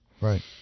Right